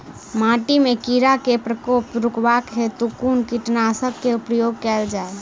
माटि मे कीड़ा केँ प्रकोप रुकबाक हेतु कुन कीटनासक केँ प्रयोग कैल जाय?